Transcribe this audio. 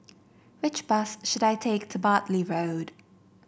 which bus should I take to Bartley Road